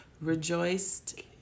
rejoiced